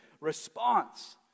response